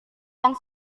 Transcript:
yang